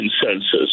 consensus